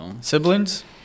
Siblings